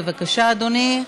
בבקשה, אדוני.